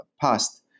past